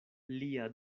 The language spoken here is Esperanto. lia